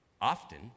Often